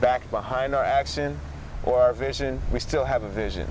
back behind our action or our vision we still have a vision